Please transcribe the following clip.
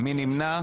מי נמנע?